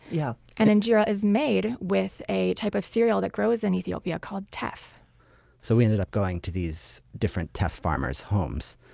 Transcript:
yeah and injera is made with a type of cereal that grows in ethiopia called teff so we ended up going to these different teff farmers' homes.